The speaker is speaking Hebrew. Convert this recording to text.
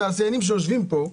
את התעשיינים שיושבים פה.